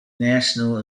national